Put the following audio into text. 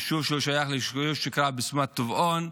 יישוב ששייך לבסמת טבעון.